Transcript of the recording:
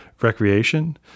recreation